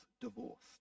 divorced